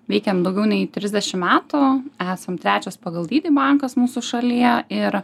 veikiam daugiau nei trisdešim metų esam trečias pagal dydį bankas mūsų šalyje ir